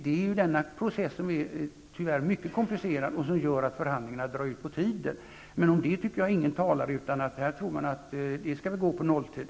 Det är denna process som tyvärr är mycket komplicerad och som gör att förhandlingarna drar ut på tiden. Men om det tycker jag att ingen talar, utan man tror att det skall gå på nolltid.